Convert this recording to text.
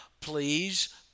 please